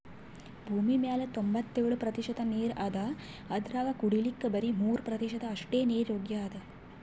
ಭೂಮಿಮ್ಯಾಲ್ ತೊಂಬತ್ತೆಳ್ ಪ್ರತಿಷತ್ ನೀರ್ ಅದಾ ಅದ್ರಾಗ ಕುಡಿಲಿಕ್ಕ್ ಬರಿ ಮೂರ್ ಪ್ರತಿಷತ್ ಅಷ್ಟೆ ನೀರ್ ಯೋಗ್ಯ್ ಅದಾ